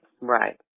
right